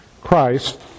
Christ